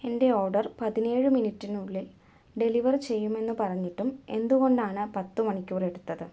എന്റെ ഓർഡർ പതിനേഴ് മിനിറ്റിനുള്ളിൽ ഡെലിവർ ചെയ്യുമെന്ന് പറഞ്ഞിട്ടും എന്തുകൊണ്ടാണ് പത്ത് മണിക്കൂർ എടുത്തത്